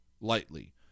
lightly